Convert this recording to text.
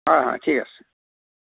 হয় হয় ঠিক আছে